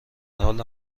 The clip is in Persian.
حال